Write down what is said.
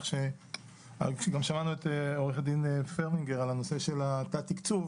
וגם שמענו את עו"ד פרמינגר על הנושא של התת תקצוב,